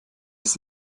ist